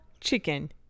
chicken